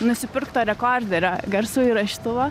nusipirkto rekorderio garsų įrašytuvo